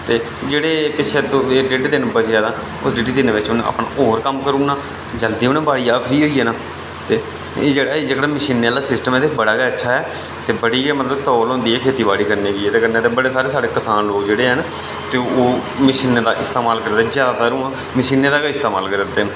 ते जेह्ड़े पिच्छें इक डेढ दिन बचेआ तां उस डिड्ढी दिनै बिच्च उनैं अपना किश होर कम्म करी ओड़ना जल्दी उनैं बाड़ियां दा फ्री होई जाना ते एह् जेह्ड़ा मशीनें आह्ला सिस्टम ऐ ते एह् बड़ा गै अच्छा ऐ ते मतलव बड़ी गै तौल होंदी ऐ एह्दे कन्नै खेत्ती बाड़ी करनें गी ते बड़े सारे साढ़े कसान लोग जेह्ड़े हैन ते ओह् मशीनें दा इस्तेमाल करियै जादातर मशीनें दा गै इस्तेमाल करा दे न